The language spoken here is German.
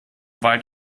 weit